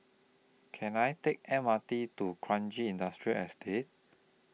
Can I Take M R T to Kranji Industrial Estate